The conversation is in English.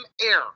air